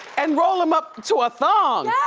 and roll em up to a thong.